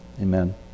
Amen